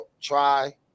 Try